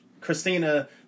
Christina